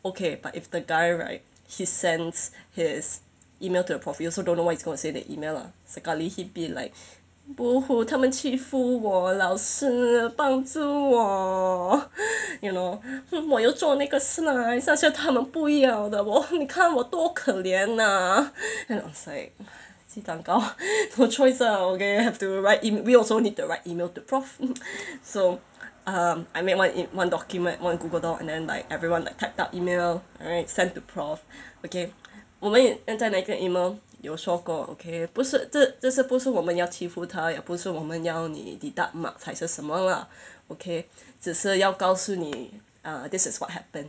okay but if the guy right he sends his email to the prof we also don't know what he's gonna say in the email lah sekali he be like boo hoo 她们欺负我老师帮助我 you know 我要做那个 slides 她说她们不要的我你看我多可怜 ah then I was like 鸡蛋糕 no choice ah okay have to write in we also need to write email to prof so um I made one one document one Google doc and then like everyone like typed up email alright sent to prof okay 我们在那个 email 有说过 okay 不是这这是不是我们要欺负他也不是我们要你 deduct marks 还是什么 lah okay 只是要告诉你 uh this is what happened